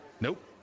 Nope